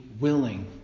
willing